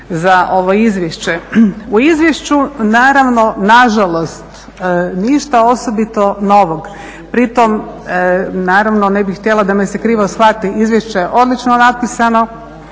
U izvješću naravno nažalost ništa osobito novog. Pri tom naravno ne bih htjela da me se krivo shvati, izvješće je odlično napisano,